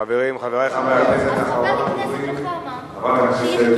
חברת הכנסת יולי תמיר, בבקשה.